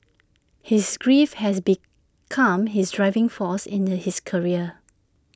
his grief has become his driving force in the his career